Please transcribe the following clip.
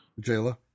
Jayla